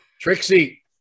Trixie